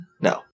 no